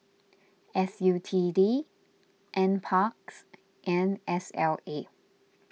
S U T D N Parks and S L A